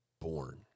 born